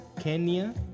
Kenya